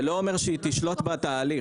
זה לא אומר שהיא תשלוט בתהליך,